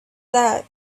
that